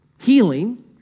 Healing